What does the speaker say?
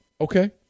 Okay